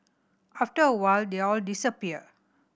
after a while they'll disappear